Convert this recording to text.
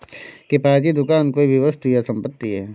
किफ़ायती दुकान कोई भी वस्तु या संपत्ति है